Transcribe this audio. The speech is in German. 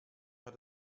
hat